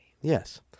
Yes